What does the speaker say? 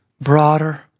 broader